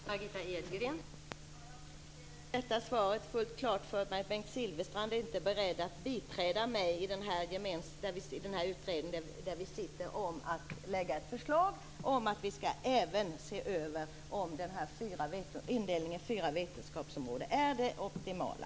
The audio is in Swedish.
Fru talman! Jag fick med det här svaret fullt klart för mig att Bengt Silfverstrand inte är beredd att biträda mig i den här utredningen, där vi båda sitter med, i fråga om att lägga fram ett förslag om att se över huruvida indelningen i fyra vetenskapsområden är den optimala.